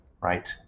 right